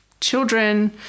children